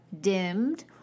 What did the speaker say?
dimmed